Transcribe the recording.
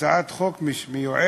הצעת חוק שמיועדת